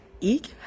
Ich